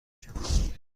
شوم